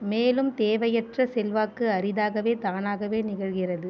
மேலும் தேவையற்ற செல்வாக்கு அரிதாகவே தானாகவே நிகழ்கிறது